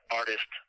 artist